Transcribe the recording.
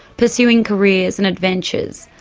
pursuing careers and adventures?